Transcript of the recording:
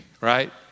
right